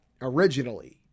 originally